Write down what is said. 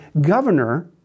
governor